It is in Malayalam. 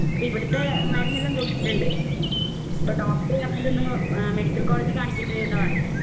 അപ്പോൾ ഇവിടുത്തെ മരുന്നെല്ലാം കൊടുത്തിട്ടുണ്ട് ഇപ്പോൾ ഡോക്ടറ് പറഞ്ഞിരുന്നു മെഡിക്കൽ കോളേജിൽ കാണിക്കേണ്ടിവരുമെന്നാ പറഞ്ഞത്